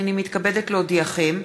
הנני מתכבדת להודיעכם,